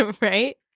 Right